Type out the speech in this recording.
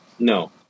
No